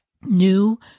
new